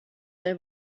they